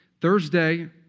Thursday